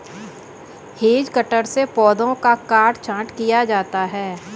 hedge cutter से पौधों का काट छांट किया जाता है